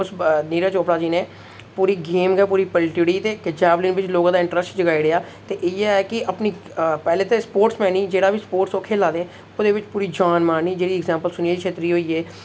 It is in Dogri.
उस नीरज चौपड़ा जी ने गेम गै पूरी पल्टी उड़ी ते जैवलिन बिच लोकें दा इंटरस्ट जगाई उड़ेया ते इ'यै ऐ कि अपनी पैहले ते स्पोर्ट्स मैन गी जेह्ड़ा बी स्पोर्ट्स ओह् खेला दे ओह्दे च पूरी जान मारनी जेह्दी इग्जैम्पल सुनील शेत्री होई गे